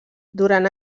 durant